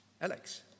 alex